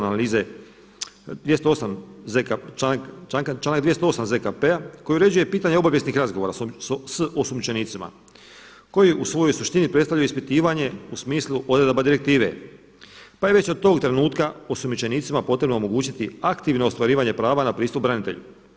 ZKP-a koji uređuje pitanje obavijesnih razgovora sa osumnjičenicima koji u svojoj suštini predstavljaju ispitivanje u smislu odredaba direktive pa je već od tog trenutka osumnjičenicima potrebno omogućiti aktivno ostvarivanje prava na pristup branitelju.